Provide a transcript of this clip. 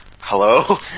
Hello